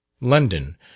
London